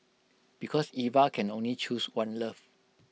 because Eva can only choose one love